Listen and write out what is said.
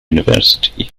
university